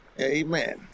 Amen